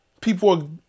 people